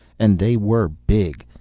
and they were big.